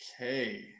Okay